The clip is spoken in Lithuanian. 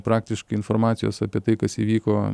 praktiškai informacijos apie tai kas įvyko